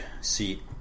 seat